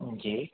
جی